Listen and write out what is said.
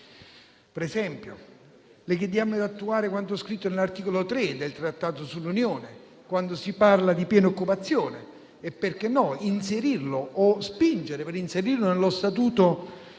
Ad esempio, le chiediamo di attuare quanto scritto nell'articolo 3 del Trattato sull'Unione europea, quando si parla di piena occupazione e - perché no? - inserirlo o spingere per inserirlo nello Statuto